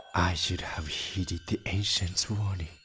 should have heeded the ancient's warning.